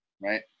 Right